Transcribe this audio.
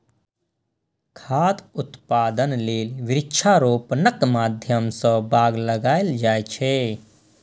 खाद्य उत्पादन लेल वृक्षारोपणक माध्यम सं बाग लगाएल जाए छै